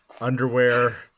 underwear